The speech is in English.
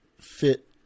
fit